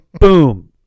Boom